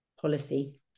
policy